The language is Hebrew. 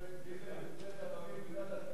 איך אפשר לעשות כזה דבר, פשע?